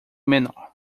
menor